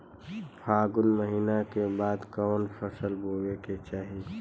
फागुन महीना के बाद कवन फसल बोए के चाही?